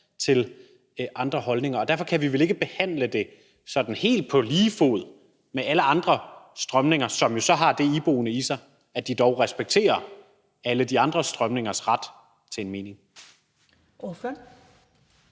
til andre holdninger. Og derfor kan vi vel ikke behandle det sådan helt på lige fod med alle andre strømninger, som jo så har det iboende, at de dog respekterer alle de andre strømningers ret til en mening. Kl.